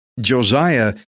Josiah